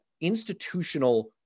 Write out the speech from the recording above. institutional